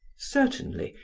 certainly,